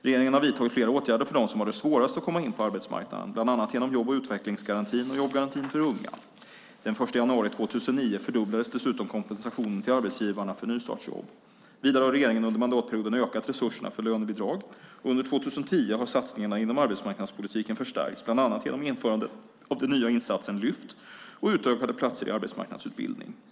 Regeringen har vidtagit flera åtgärder för dem som har det svårast att komma in på arbetsmarknaden, bland annat genom jobb och utvecklingsgarantin och jobbgarantin för unga. Den 1 januari 2009 fördubblades dessutom kompensationen till arbetsgivarna för nystartsjobb. Vidare har regeringen under mandatperioden ökat resurserna för lönebidrag. Under 2010 har satsningarna inom arbetsmarknadspolitiken förstärkts, bland annat genom införandet av den nya insatsen Lyft och utökade platser i arbetsmarknadsutbildning.